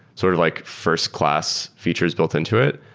sort of like first-class features built into it.